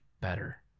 better